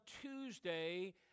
Tuesday